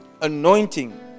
Anointing